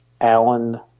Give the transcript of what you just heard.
alan